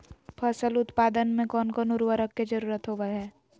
फसल उत्पादन में कोन कोन उर्वरक के जरुरत होवय हैय?